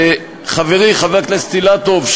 וחברי חבר הכנסת אילטוב,